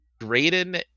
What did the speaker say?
Graydon